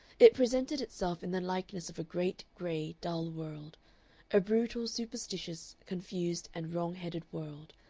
it presented itself in the likeness of a great, gray, dull world a brutal, superstitious, confused, and wrong-headed world,